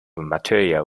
material